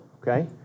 Okay